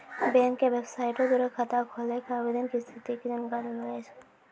bank के बेबसाइटो द्वारा खाता खोलै के आवेदन के स्थिति के जानकारी लेलो जाय सकै छै